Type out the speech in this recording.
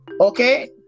Okay